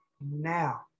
now